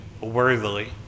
worthily